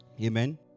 Amen